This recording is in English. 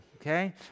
Okay